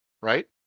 right